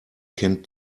kennt